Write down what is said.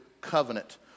covenant